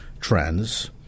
trends